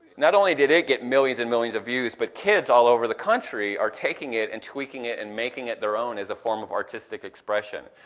not only did it get millions and millions of views, but kids all over the country are taking it and tweaking it and making it their own as a form of artistic expression.